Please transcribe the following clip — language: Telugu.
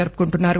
జరుపుకుంటున్నారు